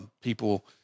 people –